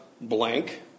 blank